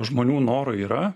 žmonių noro yra